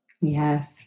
Yes